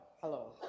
Hello